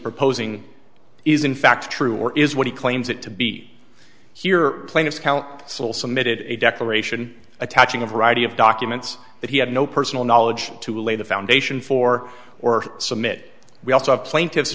proposing is in fact true or is what he claims it to be here plaintiff's count still submitted a declaration attaching a variety of documents that he had no personal knowledge to lay the foundation for or submit we also have plaintiff